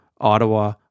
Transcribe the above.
Ottawa